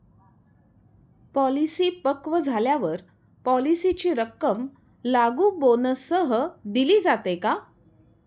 Policy पक्व झाल्यावर पॉलिसीची रक्कम लागू बोनससह दिली जाते का?